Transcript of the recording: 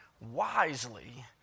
wisely